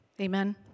Amen